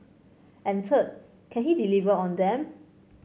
and third can he deliver on them